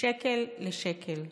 שקל לשקל.